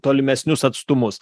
tolimesnius atstumus